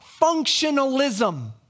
functionalism